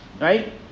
right